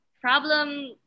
problem